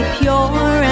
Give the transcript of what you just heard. pure